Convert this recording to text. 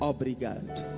Obrigado